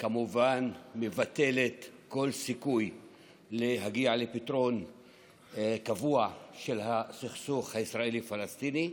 כמובן מבטלת כל סיכוי להגיע לפתרון קבוע של הסכסוך הישראלי פלסטיני.